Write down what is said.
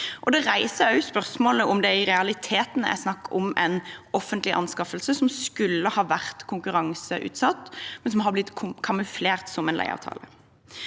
Det reiser også spørsmål om det i realiteten er snakk om en offentlig anskaffelse som skulle ha vært konkurranseutsatt, men som har blitt kamuflert som en leieavtale.